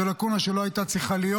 זאת לקונה שלא הייתה צריכה להיות.